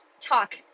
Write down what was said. talk